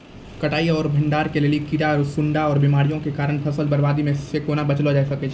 कटाई आर भंडारण के लेल कीड़ा, सूड़ा आर बीमारियों के कारण फसलक बर्बादी सॅ कूना बचेल जाय सकै ये?